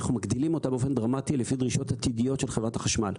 אנחנו מגדילים אותה באופן דרמטי לפי דרישות עתידיות של חברת החשמל.